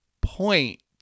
point